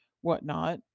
whatnot